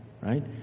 right